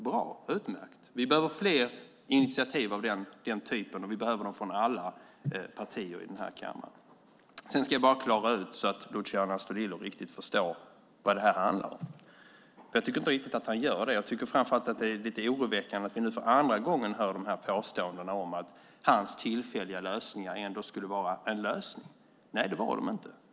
Bra! Utmärkt! Vi behöver fler initiativ av den typen, och vi behöver det från alla partier i den här kammaren. Sedan ska jag bara klara ut en sak så att Luciano Astudillo riktigt förstår vad det här handlar om, för jag tycker inte riktigt att han gör det. Jag tycker framför allt att det är lite oroväckande att vi nu för andra gången hör de här påståendena om att hans tillfälliga lösningar ändå skulle vara en lösning. Nej - det var de inte.